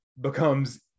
becomes